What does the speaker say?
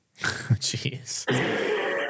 Jeez